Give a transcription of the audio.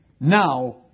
now